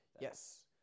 yes